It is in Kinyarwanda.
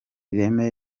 reme